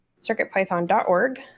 CircuitPython.org